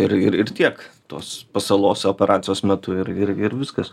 ir ir ir tiek tos pasalos operacijos metu ir ir ir viskas